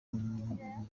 nyuma